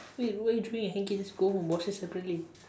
wait why do you doing a hankie just go home and wash it separately